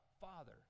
father